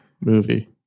movie